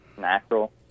natural